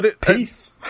peace